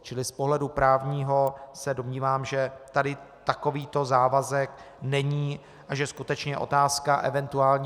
Čili z pohledu právního se domnívám, že tady takovýto závazek není a že skutečně otázka event.